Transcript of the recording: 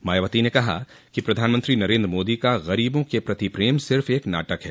मायावती ने कहा कि प्रधानमंत्री नरेन्द्र मोदी का गरीबों के प्रति प्रेम सिर्फ एक नाटक है